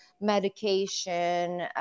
medication